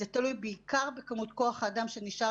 זה תלוי בעיקר בכמות כוח האדם שנשאר